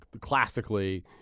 classically